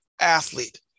athlete